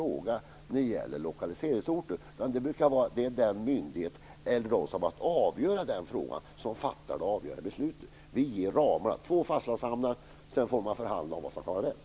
Det är inte en riksdagsfråga. Det är den myndighet som har att avgöra den frågan som fattar det avgörande beslutet. Vi ger ramarna, dvs. två fastlandshamnar, och sedan får man förhandla om vad som kan vara bäst.